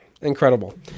Incredible